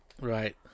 Right